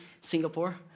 Singapore